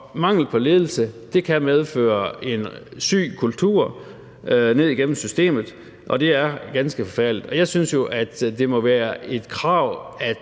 mangel på ledelse kan medføre en syg kultur ned igennem systemet, og det er ganske forfærdeligt. Jeg synes jo, det må være et krav,